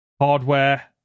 hardware